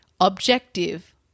objective